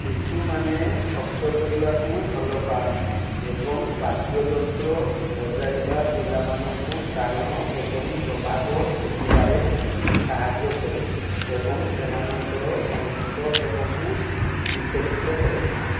ଶିଶୁମାନେ ଶବ୍ଦ କରିବାକୁ ଭଲ ପାଆନ୍ତି ଏବଂ ବାଦ୍ୟଯନ୍ତ୍ର ବଜାଇବା ପିଲାମାନଙ୍କୁ କାରଣ ଏବଂ ପ୍ରଭାବ ଶିଖିବାରେ ସାହାଯ୍ୟ କରେ ଏବଂ ସେମାନଙ୍କର ସଂଗୀତ ପ୍ରେମକୁ ବିକଶିତ କରେ